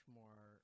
more